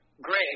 great